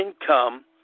income